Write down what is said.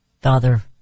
Father